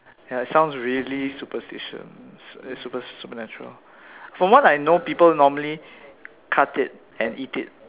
ya it sounds really superstitious super supernatural from what I know people normally cut it and eat it